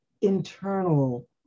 internal